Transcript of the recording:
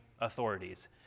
authorities